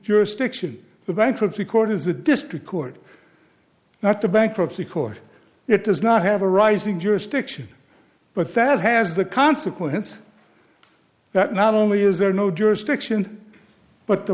jurisdiction the bankruptcy court is a district court not a bankruptcy court it does not have a rising jurisdiction but that has the consequence that not only is there no jurisdiction but the